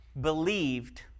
believed